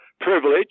Privilege